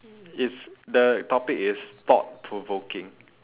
it's the topic is thought provoking